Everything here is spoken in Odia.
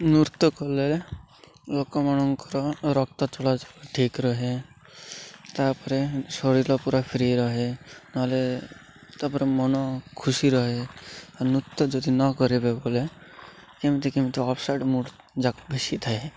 ନୃତ୍ୟ କଲେ ଲୋକମାନଙ୍କର ରକ୍ତ ଚଳା ଚଳ ଠିକ୍ ରହେ ତାପରେ ଶରୀର ପୁରା ଫ୍ରି ରହେ ନହେଲେ ତାପରେ ମନ ଖୁସି ରହେ ନୃତ୍ୟ ଯଦି ନ କରିବେ ବୋଲେ କେମିତି କେମିତି ଅଫ୍ସେଟ୍ ମୁଡ଼ ବେଶି ଥାଏ